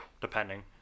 Depending